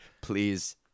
Please